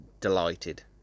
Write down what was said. delighted